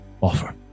offer